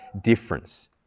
difference